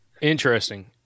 Interesting